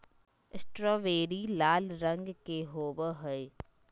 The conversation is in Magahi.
स्ट्रावेरी लाल रंग के होव हई